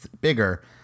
bigger